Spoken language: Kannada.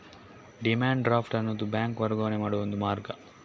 ಡಿಮ್ಯಾಂಡ್ ಡ್ರಾಫ್ಟ್ ಅನ್ನುದು ಬ್ಯಾಂಕ್ ವರ್ಗಾವಣೆ ಮಾಡುವ ಒಂದು ಮಾರ್ಗ